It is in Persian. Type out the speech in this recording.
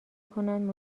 کنند